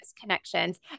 connections